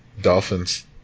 Dolphins